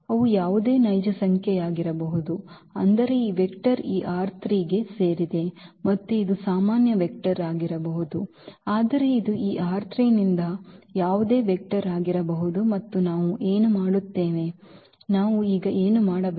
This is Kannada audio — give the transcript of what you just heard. ಅವು ಯಾವುದೇ ನೈಜ ಸಂಖ್ಯೆಯಾಗಿರಬಹುದು ಅಂದರೆ ಈ ವೆಕ್ಟರ್ ಈ ಗೆ ಸೇರಿದೆ ಮತ್ತು ಇದು ಸಾಮಾನ್ಯ ವೆಕ್ಟರ್ ಆಗಿರಬಹುದು ಆದರೆ ಇದು ಈ ನಿಂದ ಯಾವುದೇ ವೆಕ್ಟರ್ ಆಗಿರಬಹುದು ಮತ್ತು ನಾವು ಏನು ಮಾಡುತ್ತೇವೆ ನಾವು ಈಗ ಏನು ಮಾಡಬೇಕು